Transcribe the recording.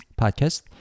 podcast